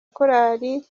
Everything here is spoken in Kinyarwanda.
korali